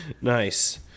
Nice